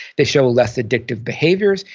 they show less addictive behaviors.